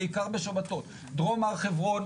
בעיקר בשבתות: דרום הר חברון,